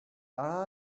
all